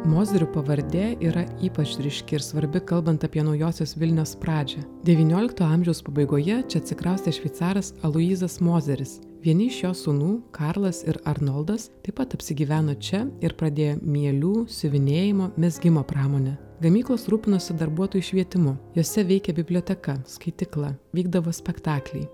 mozerių pavardė yra ypač ryški ir svarbi kalbant apie naujosios vilnios pradžią devyniolikto amžiaus pabaigoje čia atsikraustė šveicaras aloyzas mozeris vieni iš jo sūnų karlas ir arnoldas taip pat apsigyveno čia ir pradėjo mielių siuvinėjimo mezgimo pramonę gamyklos rūpinosi darbuotojų švietimu jose veikė biblioteka skaitykla vykdavo spektakliai